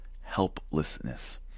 helplessness